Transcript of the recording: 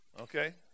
Okay